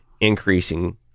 increasing